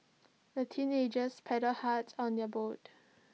the teenagers paddled hard on their boat